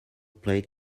plate